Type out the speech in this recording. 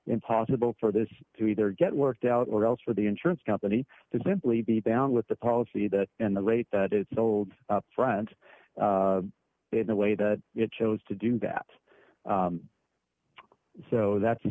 impossible for this to either get worked out or else for the insurance company to simply be bound with the policy that in the late that it's old friend the way that it chose to do that so that's